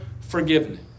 forgiveness